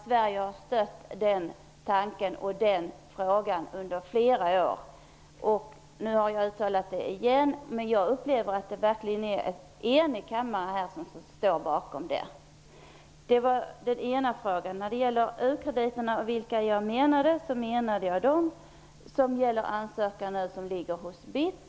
Sverige har stött den tanken och den frågan under flera år. Nu har jag sagt det igen. Jag uppfattar att denna kammare verkligen enigt står bakom detta. Vad gäller u-krediterna menade jag dem som nu ansöks om hos BITS.